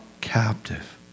captive